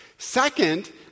Second